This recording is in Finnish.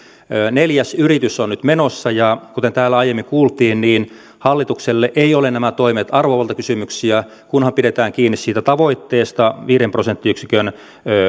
neljäs yritys on nyt menossa ja kuten täällä aiemmin kuultiin hallitukselle eivät ole nämä toimet arvovaltakysymyksiä kunhan pidetään kiinni siitä tavoitteesta viiden prosenttiyksikön